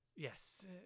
Yes